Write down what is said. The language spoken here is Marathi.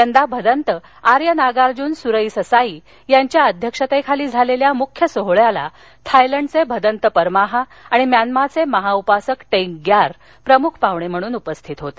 यंदा भदंत आर्य नागार्जन सुरई ससाई यांच्या अध्यक्षतेखाली झालेल्या मुख्य सोहळ्याला थायलंडचे भदंत परमाहा आणि म्यान्माचे महाउपासक टेंग ग्यार प्रमुख पाहणे म्हणून उपस्थित होते